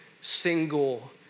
single